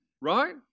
right